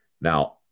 Now